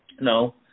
No